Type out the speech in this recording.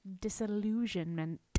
disillusionment